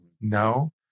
No